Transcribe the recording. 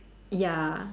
ya